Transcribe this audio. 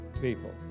people